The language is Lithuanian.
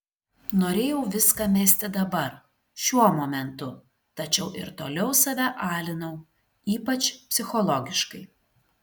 norėjau viską mesti dabar šiuo momentu tačiau ir toliau save alinau ypač psichologiškai